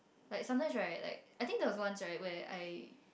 like sometimes right like I think there was once right where I